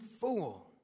fool